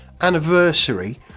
anniversary